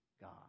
God